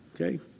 Okay